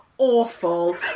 awful